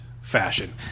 fashion